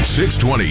620